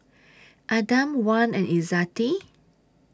Adam Wan and Izzati